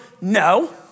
no